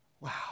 Wow